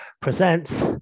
presents